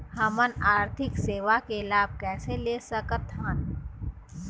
हमन आरथिक सेवा के लाभ कैसे ले सकथन?